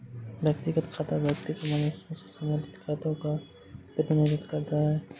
व्यक्तिगत खाता व्यक्तिगत मनुष्यों से संबंधित खातों का प्रतिनिधित्व करता है